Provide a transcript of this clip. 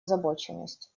озабоченность